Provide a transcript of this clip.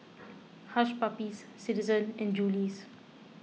Hush Puppies Citizen and Julie's